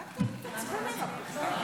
וסאל.